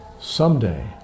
someday